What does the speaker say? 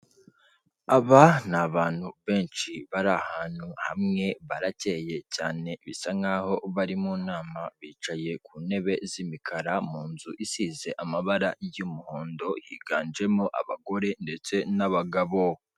Aba ni abantu benshi bari ahantu hamwe barakeye cyane bisa nkaho bari mu nama bicaye ku ntebe z'imikara mu nzu isize amabara y'umuhondo higanjemo abagore ndetse n'abagabo.